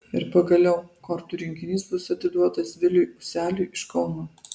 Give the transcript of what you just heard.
ir pagaliau kortų rinkinys bus atiduotas viliui useliui iš kauno